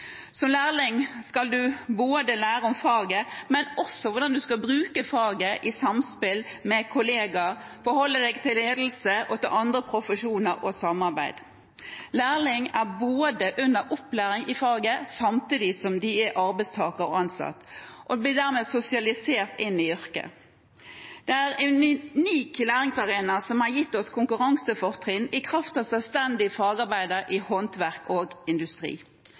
Som lærling skal en ikke bare lære om faget, men også hvordan en skal bruke faget i samspill med kollegaer, forholde seg til ledelse og andre profesjoner og samarbeid. Lærlingen er under opplæring i faget samtidig som vedkommende er arbeidstaker og ansatt, og blir dermed sosialisert inn i yrket. Det er en unik læringsarena som har gitt oss konkurransefortrinn i kraft av selvstendige fagarbeidere i håndverk og industri.